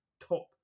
top